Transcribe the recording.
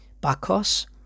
Bacchus